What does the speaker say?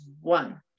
one